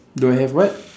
do I have what